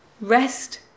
Rest